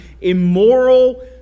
immoral